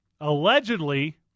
Allegedly